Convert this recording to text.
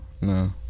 No